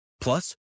Plus